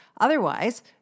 Otherwise